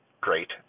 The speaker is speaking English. great